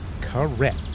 Correct